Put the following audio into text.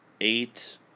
eight